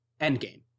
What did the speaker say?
endgame